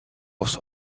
was